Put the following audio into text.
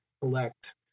collect